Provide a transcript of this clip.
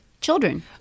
children